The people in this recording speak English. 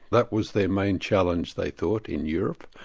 that was their main challenge they thought, in europe.